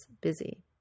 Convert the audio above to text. busy